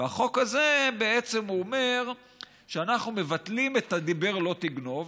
והחוק הזה בעצם אומר שאנחנו מבטלים את הדיבר "לא תגנוב".